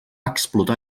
explotar